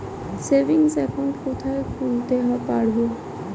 Savings account কোথায় খুলতে পারব?